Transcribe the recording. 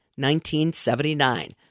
1979